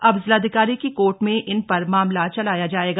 अब जिलाधिकारी की कोर्ट में इन पर मामला चलाया जाएगा